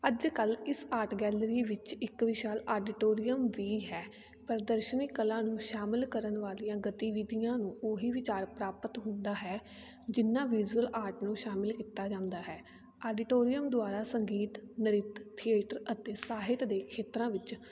ਅੱਜ ਕੱਲ੍ਹ ਇਸ ਆਰਟ ਗੈਲਰੀ ਵਿੱਚ ਇੱਕ ਵਿਸ਼ਾਲ ਆਡੋਟੋਰੀਅਮ ਵੀ ਹੈ ਪ੍ਰਦਰਸ਼ਨੀ ਕਲਾ ਨੂੰ ਸ਼ਾਮਿਲ ਕਰਨ ਵਾਲੀਆਂ ਗਤੀਵਿਧੀਆਂ ਨੂੰ ਉਹੀ ਵਿਚਾਰ ਪ੍ਰਾਪਤ ਹੁੰਦਾ ਹੈ ਜਿੰਨਾ ਵਿਜੂਅਲ ਆਰਟ ਨੂੰ ਸ਼ਾਮਿਲ ਕੀਤਾ ਜਾਂਦਾ ਹੈ ਆਡੀਟੋਰੀਅਮ ਦੁਆਰਾ ਸੰਗੀਤ ਨ੍ਰਿੱਤ ਥੀਏਟਰ ਅਤੇ ਸਾਹਿਤ ਦੇ ਖੇਤਰਾਂ ਵਿੱਚ